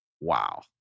Wow